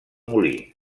molí